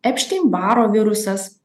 epštein baro virusas